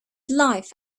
life